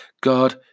God